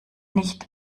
nicht